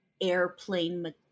airplane